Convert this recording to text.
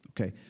okay